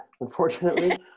unfortunately